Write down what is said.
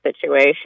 situation